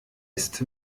ist